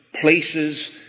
places